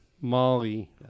Molly